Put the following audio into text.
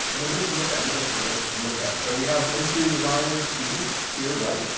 and then this is what that begins to look look at. so we have interior design students here, right,